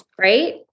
right